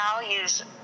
values